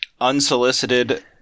unsolicited